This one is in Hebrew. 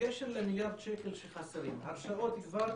בקשר למיליארד שקל שחסרים, הרשאות כבר